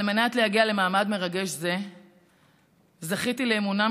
על מנת להגיע למעמד מרגש זה זכיתי באמונם